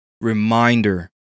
reminder